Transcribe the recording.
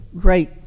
great